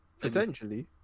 Potentially